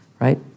right